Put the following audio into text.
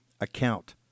account